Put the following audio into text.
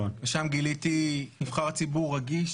ושם גיליתי נבחר ציבור רגיש,